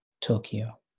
Tokyo